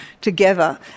together